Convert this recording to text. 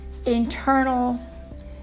Internal